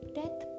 death